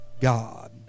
God